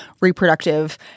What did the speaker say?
reproductive